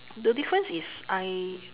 the difference is I